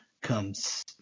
comes